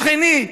שכני,